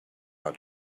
how